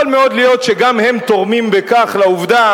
יכול מאוד להיות שגם הם תורמים בכך לעובדה